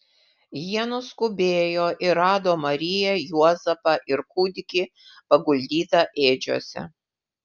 jie nuskubėjo ir rado mariją juozapą ir kūdikį paguldytą ėdžiose